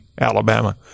alabama